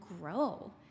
grow